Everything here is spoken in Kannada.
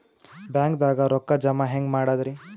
ಬ್ಯಾಂಕ್ದಾಗ ರೊಕ್ಕ ಜಮ ಹೆಂಗ್ ಮಾಡದ್ರಿ?